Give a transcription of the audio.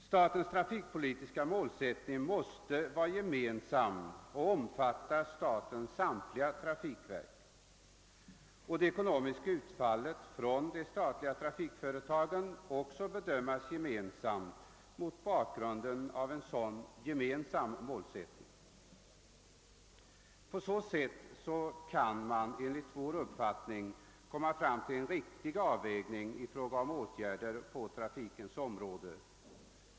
Statens trafikpolitiska målsättning måste omfatta statens samtliga trafikverk. Det ekonomiska utfallet från de statliga trafikföretagen måste också bedömas i ett sammanhang, mot bakgrunden av en sådan gemensam målsättning. På så sätt kan man enligt vår uppfattning komma fram till en riktig avvägning i fråga om åtgärder på trafikens område.